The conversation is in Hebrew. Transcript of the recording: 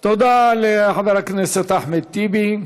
תודה לחבר הכנסת אחמד טיבי,